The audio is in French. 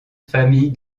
famille